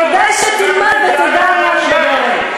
כדאי שתלמד ותדע על מה אני מדברת.